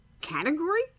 category